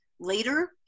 later